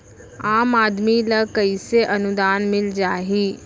आम आदमी ल कइसे अनुदान मिल जाही?